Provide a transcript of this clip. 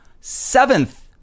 seventh